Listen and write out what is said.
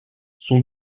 son